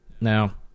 Now